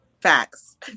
Facts